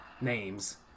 names